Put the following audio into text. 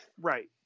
right